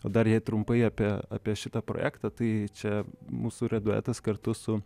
o dar jei trumpai apie apie šitą projektą tai čia mūsų yra duetas kartu su